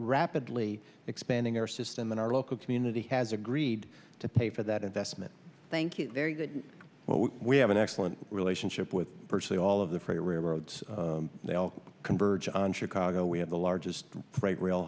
rapidly expanding our system and our local community has agreed to pay for that investment thank you very well we have an excellent relationship with virtually all of the freight railroads they all converge on chicago we have the largest freight r